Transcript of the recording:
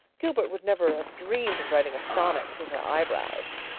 gilbert would never have dreamed of writing a sonnet to her eyebrows.